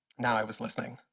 now i was listening.